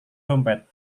dompet